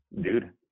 Dude